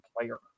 player